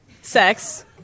Sex